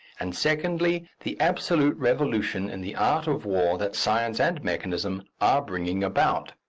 and secondly, the absolute revolution in the art of war that science and mechanism are bringing about.